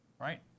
right